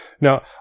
Now